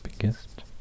biggest